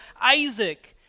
Isaac